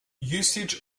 usage